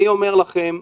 אני אומר לכם,